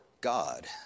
God